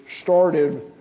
started